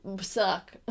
suck